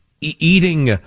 eating